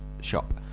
shop